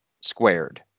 squared